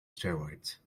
steroids